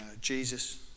Jesus